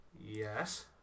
Yes